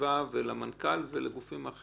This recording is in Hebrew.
למנכ"ל ולגופים האחרים.